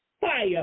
fire